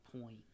point